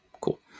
cool